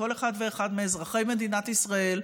מכל אחד ואחד מאזרחי מדינת ישראל,